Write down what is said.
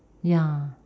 ya